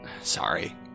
Sorry